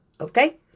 Okay